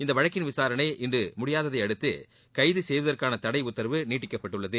இவ்வழக்கின் விசாரணை இன்று முடிவடையாததையடுத்து கைது செய்வதற்கான தடை உத்தரவு நீட்டிக்கப்பட்டுள்ளது